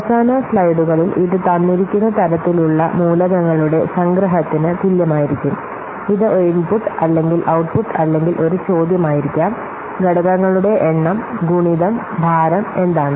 അവസാന സ്ലൈഡുകളിൽ ഇത് തന്നിരിക്കുന്ന തരത്തിലുള്ള മൂലകങ്ങളുടെ സംഗ്രഹത്തിന് തുല്യമായിരിക്കും ഇത് ഒരു ഇൻപുട്ട് അല്ലെങ്കിൽ ഔട്ട്പുട്ട് അല്ലെങ്കിൽ ഒരു ചോദ്യമായിരിക്കാം ഘടകങ്ങളുടെ എണ്ണം ഗുണിതം ഭാരം എന്താണ്